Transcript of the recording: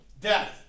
Death